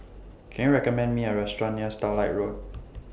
Can YOU recommend Me A Restaurant near Starlight Road